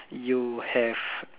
you have